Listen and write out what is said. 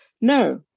no